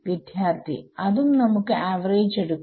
വിദ്യാർത്ഥി അതും നമുക്ക് ആവറേജ് എടുക്കാം